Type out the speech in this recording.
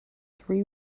three